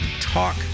talk